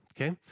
okay